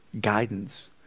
guidance